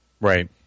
Right